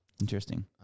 Interesting